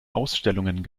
ausstellungen